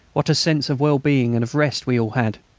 what a sense of well-being and of rest we all had!